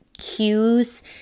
cues